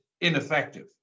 ineffective